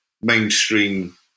mainstream